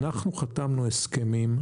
אנחנו חתמנו הסכמים,